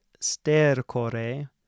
stercore